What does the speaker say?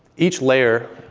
each layer,